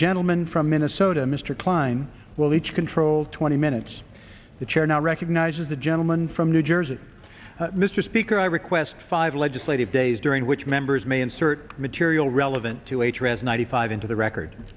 gentleman from minnesota mr kline well each control twenty minutes the chair now recognizes the gentleman from new jersey mr speaker i request five legislative days during which members may insert material relevant to a trans ninety five into the record